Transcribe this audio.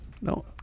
No